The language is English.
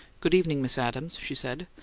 good evening, miss adams, she said.